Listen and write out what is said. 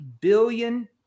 billion